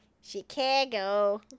Chicago